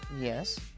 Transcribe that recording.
Yes